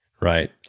right